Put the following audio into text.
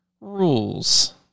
rules